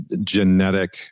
genetic